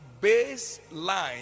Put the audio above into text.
baseline